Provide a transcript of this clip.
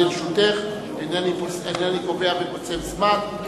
חוק ומשפט לשם הכנתה לקריאה שנייה ולקריאה שלישית.